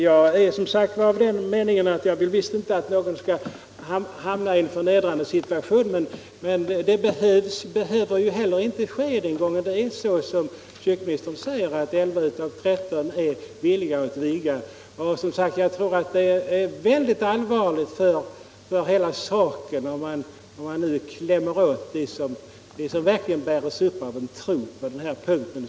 Jag är som sagt av den meningen, att jag visst inte vill att någon skall hamna i en förnedrande situation. Men det behöver ju heller inte ske den gången det är så, som kyrkoministern säger, att elva av tretton biskopar är villiga att viga. Jag tror att det är mycket allvarligt för hela saken, om man nu klämmer åt dem som verkligen bärs upp av en tro på den här frågan.